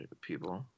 people